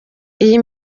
iyi